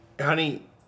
honey